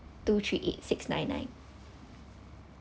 two three eight six nine nine